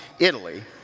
italy,